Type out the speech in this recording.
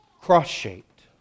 cross-shaped